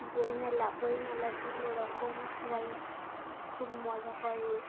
বই মেলা বই মেলার দিনে ওরকম সবাই খুব মজা করে